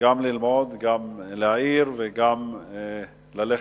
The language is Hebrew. גם ללמוד, גם להעיר וגם ללכת,